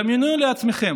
דמיינו לעצמכם,